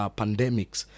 pandemics